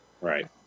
right